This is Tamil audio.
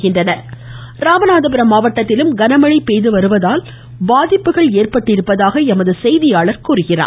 ராமநாதபுரம் மறை ராமநாதபுரம் மாவட்டத்திலும் கனமழை பெய்து வருவதால் பாதிப்புகள் ஏற்பட்டுள்ளதாக எமது செய்தியாளர் தெரிவிக்கிறார்